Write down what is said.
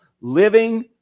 living